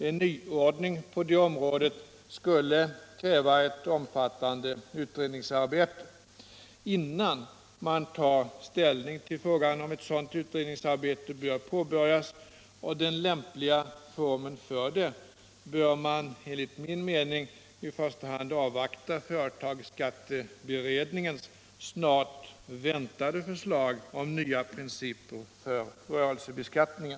En nyordning på detta område skulle dock kräva ett omfattande utredningsarbete. Innan man tar ställning till frågan om ett sådant utredningsarbete bör påbörjas och den lämpliga formen för detta bör man enligt min mening avvakta i första hand företagsskatteberedningens snart väntade förslag om nya principer för rörelsebeskattningen.